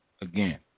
again